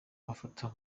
mafoto